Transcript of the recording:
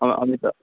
ও আমি তো